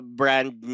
brand